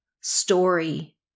story